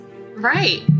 Right